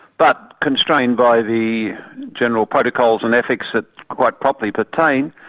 but constrained by the general protocols and ethics that quite properly pertain,